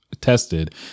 tested